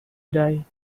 die